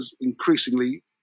increasingly